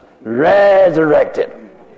resurrected